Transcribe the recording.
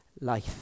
life